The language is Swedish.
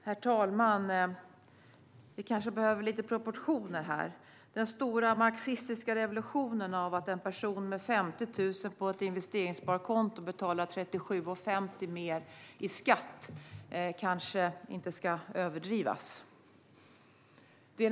Herr talman! Vi kanske behöver lite proportioner här. Den stora marxistiska revolutionen av att en person med 50 000 på ett investeringssparkonto betalar 37,50 mer i skatt kanske inte ska överdrivas.